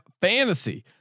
Fantasy